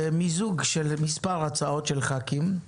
היא מיזוג של מספר הצעות של ח"כים,